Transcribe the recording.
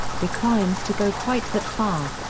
declines to go quite that far.